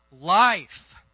life